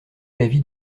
l’avis